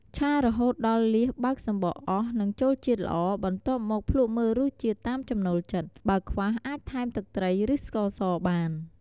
ឆារហូតដល់លៀសបើកសំបកអស់ និងចូលជាតិល្អ បន្ទាប់មកភ្លក់មើលរសជាតិតាមចំណូលចិត្ត បើខ្វះអាចថែមទឹកត្រី ឬស្ករសបាន។